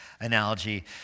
analogy